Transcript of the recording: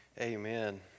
Amen